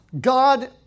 God